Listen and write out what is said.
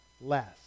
less